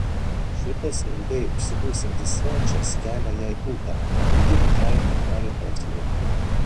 šitas ilgai užsibūsiantis svečias kelia jai ūpą ir ji visai nenori to slėpti